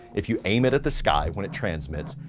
if you aim it at the sky when it transmits,